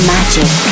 Magic